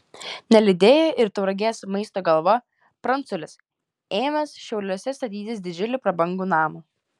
neliūdėjo ir tauragės maisto galva pranculis ėmęs šiauliuose statytis didžiulį prabangų namą